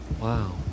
Wow